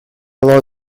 law